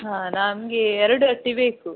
ಹಾಂ ನಮಗೆ ಎರಡು ಅಟ್ಟಿ ಬೇಕು